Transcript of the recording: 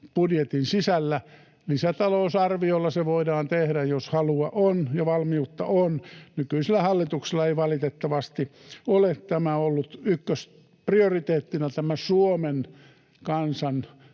budjetin sisällä. Lisäta-lousarviolla se voidaan tehdä, jos halua on ja valmiutta on. Nykyisellä hallituksella ei valitettavasti ole ollut ykkösprioriteettina tämä Suomen kansan